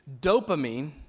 dopamine